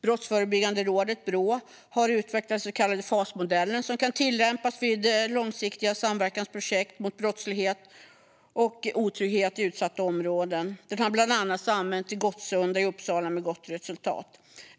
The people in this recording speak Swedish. Brottsförebyggande rådet, Brå, har utvecklat den så kallade fasmodellen som kan tillämpas vid långsiktiga samverkansprojekt mot brottslighet och otrygghet i utsatta områden. Den har bland annat används i Gottsunda i Uppsala med gott resultat.